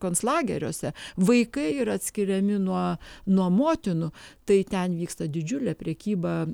konclageriuose vaikai yra atskiriami nuo nuo motinų tai ten vyksta didžiulė prekyba